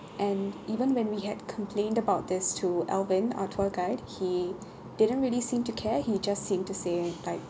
and even when we had complained about this to alvin our tour guide he didn't really seem to care he just seemed to say like